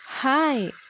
Hi